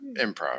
improv